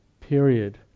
period